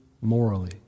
morally